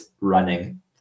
running